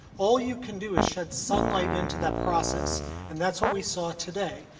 all you can do is shed sunlight into that process and that's what we saw today.